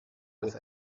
with